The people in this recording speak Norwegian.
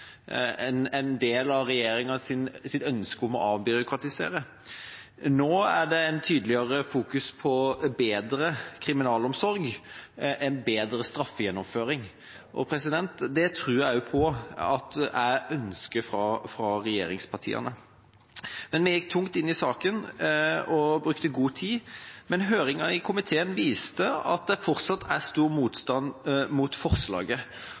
en del av regjeringas ønske om å avbyråkratisere. Nå fokuserer en tydeligere på bedre kriminalomsorg og en bedre straffegjennomføring, og det tror jeg også er ønsket fra regjeringspartiene. Vi gikk tungt inn i saken og brukte god tid, men høringen i komiteen viste at det fortsatt er stor motstand mot forslaget.